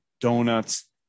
donuts